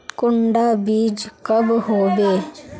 कुंडा बीज कब होबे?